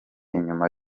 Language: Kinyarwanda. inyuma